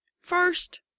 first